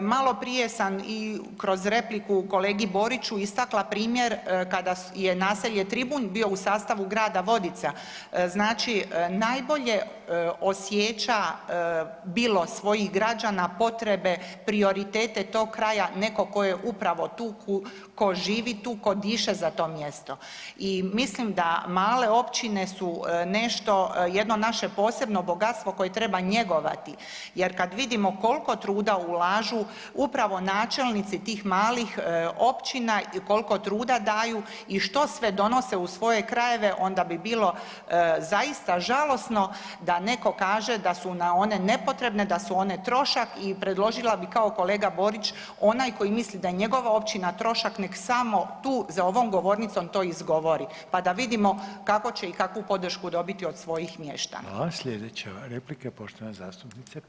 Maloprije sam i kroz repliku kolegi Boriću istakla primjer kada je naselje Tribunj bio u sastavu grada Vodica, znači najbolje osjeća bilo svojih građana, potrebe, prioritete tog kraja netko tko je upravo tu, tko živi tu, tko diše za to mjesto i mislim da male općine su nešto, jedno naše posebno bogatstvo koje treba njegovati jer kad vidimo koliko truda ulažu upravo načelnici tih malih općina i koliko truda daju i što sve donose u svoje krajeve, onda bi bilo zaista žalosno da netko kaže da su nam one nepotrebne, da su one trošak i predložila bih, kao kolega Borić onaj koji misli da je njegova općina trošak, nek samo tu za ovom govornicom to izgovori pa da vidimo kako će i kakvu podršku dobiti od svojih mještana.